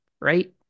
right